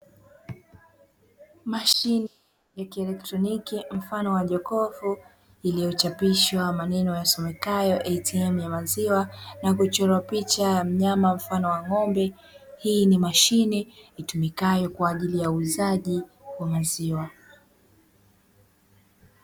Mashine ya kielektroniki mfano wa jokofu iliyochapishwa maneno yasomekayo "ATM" ya maziwa na kuchorwa picha ya mnyama mfano wa ng'ombe, hii ni mashine itumikayo kwa ajili ya uuzaji wa maziwa.